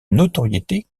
notoriété